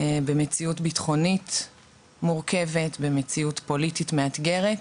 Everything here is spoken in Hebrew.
במציאות ביטחונית מורכבת, במציאות פוליטית מאתגרת.